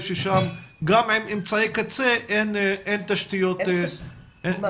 ששם גם עם אמצעי קצה אין תשתיות מספקות.